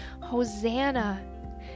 Hosanna